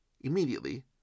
Immediately